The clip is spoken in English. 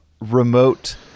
remote